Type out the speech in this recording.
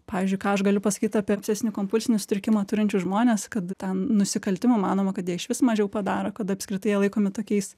pavyzdžiui ką aš galiu pasakyt apie obsesinį kompulsinį sutrikimą turinčius žmones kad ten nusikaltimų manoma kad jie išvis mažiau padaro kad apskritai jie laikomi tokiais